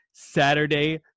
Saturday